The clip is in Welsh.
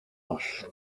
oll